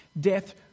Death